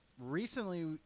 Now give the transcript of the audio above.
Recently